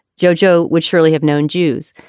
joe-joe would surely have known jews.